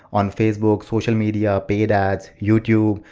on facebook social media, paid ads, youtube.